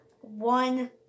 one